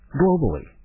globally